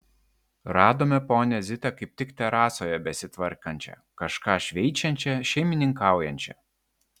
radome ponią zitą kaip tik terasoje besitvarkančią kažką šveičiančią šeimininkaujančią